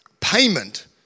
payment